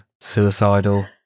suicidal